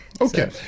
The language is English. Okay